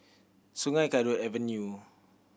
Sungei Kadut Avenue